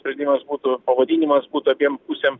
sprendimas būtų pavadinimas būtų abiem pusėm